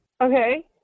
Okay